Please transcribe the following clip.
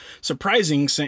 surprising